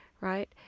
right